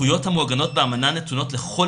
הזכויות המעוגנות באמנה נתונות לכל